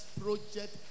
project